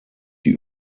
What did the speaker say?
die